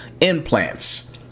implants